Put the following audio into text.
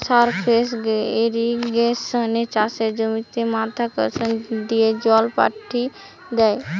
surface ইর্রিগেশনে চাষের জমিতে মাধ্যাকর্ষণ দিয়ে জল পাঠি দ্যায়